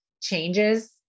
changes